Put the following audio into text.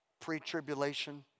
pre-tribulation